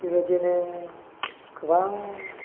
बेबायदिनो गोबां